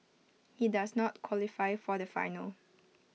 he does not qualify for the final